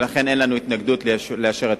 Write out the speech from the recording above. ולכן אין לנו התנגדות לאישור החוק.